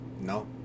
No